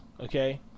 okay